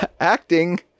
acting